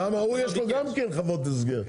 למה הוא יש לו גם כן חוות הסגר,